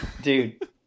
dude